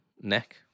neck